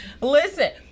Listen